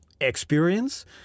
experience